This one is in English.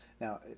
Now